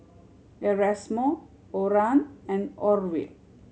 Erasmo Oran and Orville